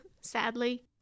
sadly